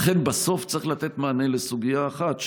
לכן בסוף צריך לתת מענה לסוגיה אחת,